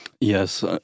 Yes